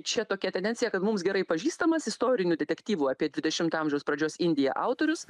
čia tokia tendencija kad mums gerai pažįstamas istorinių detektyvų apie dvidešimto amžiaus pradžios indiją autorius